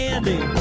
Andy